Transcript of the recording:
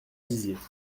dizier